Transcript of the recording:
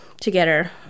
together